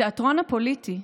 בתיאטרון הפוליטי,